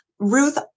Ruth